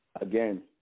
again